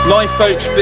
Lifeboat's